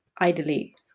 Idly